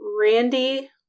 Randy